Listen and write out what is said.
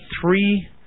three